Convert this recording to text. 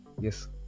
yes